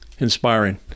inspiring